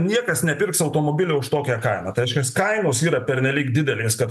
niekas nepirks automobilio už tokią kainą tai reiškias kainos yra pernelyg didelės kad